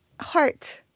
heart